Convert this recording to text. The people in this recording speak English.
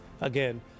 Again